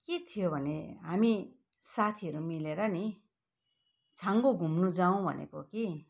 के थियो भने हामी साथीहरू मिलेर नि छाङ्गू घुम्नु जाउँ भनेको कि